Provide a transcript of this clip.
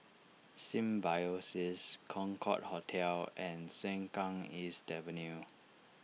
Symbiosis Concorde Hotel and Sengkang East Avenue